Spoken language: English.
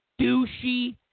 douchey